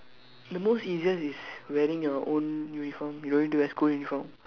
the most easiest is wearing your own uniform no need to wear school uniform